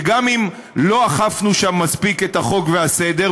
שגם אם לא אכפנו שם מספיק את החוק והסדר,